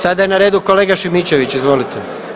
Sada je na redu kolega Šimičević, izvolite.